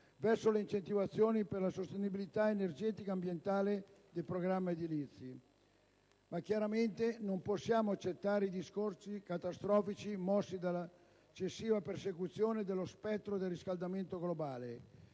verso le incentivazioni per la sostenibilità energetico-ambientale dei programmi edilizi. Chiaramente, però, non possiamo accettare i discorsi catastrofisti mossi dall'eccessiva percezione dello spettro del riscaldamento globale,